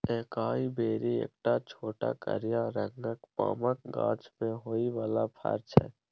एकाइ बेरी एकटा छोट करिया रंगक पामक गाछ मे होइ बला फर छै